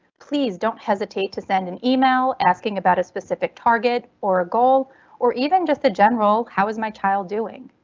please don't hesitate to send an email asking about a specific target or a goal or even just the general how is my child doing?